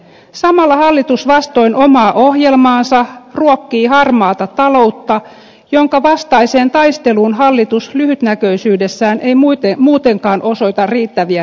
samalla hallitus vastoin omaa ohjelmaansa ruokkii harmaata taloutta jonka vastaiseen taisteluun hallitus lyhytnäköisyydessään ei muutenkaan osoita riittäviä resursseja